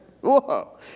Whoa